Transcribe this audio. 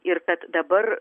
ir kad dabar